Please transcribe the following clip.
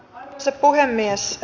arvoisa puhemies